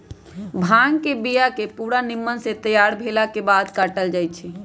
भांग के बिया के पूरा निम्मन से तैयार भेलाके बाद काटल जाइ छै